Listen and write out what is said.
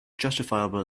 justifiable